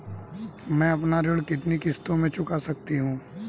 मैं अपना ऋण कितनी किश्तों में चुका सकती हूँ?